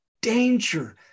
danger